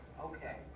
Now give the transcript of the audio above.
Okay